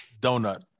donut